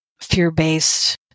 fear-based